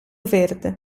verde